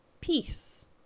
peace